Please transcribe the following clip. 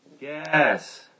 Yes